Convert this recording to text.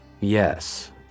Yes